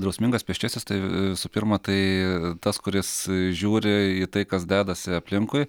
drausmingas pėsčiasis tai visų pirma tai tas kuris žiūri į tai kas dedasi aplinkui